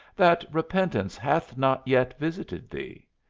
that repentance hath not yet visited thee.